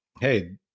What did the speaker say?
hey